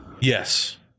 Yes